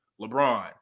LeBron